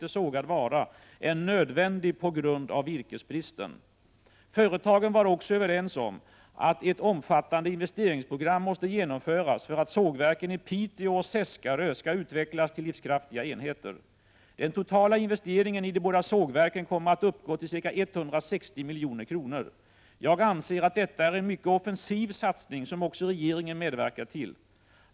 sågad vara —är nödvändig på grund av virkesbristen. Företagen var också överens om att ett omfattande investeringsprogram måste genomföras för att sågverken i Piteå och Seskarö skall utvecklas till livskraftiga enheter. Den totala investeringen i de båda sågverken kommer att uppgå till ca 160 milj.kr. Jag anser att detta är en mycket offensiv satsning som också regeringen medverkat till.